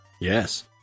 Yes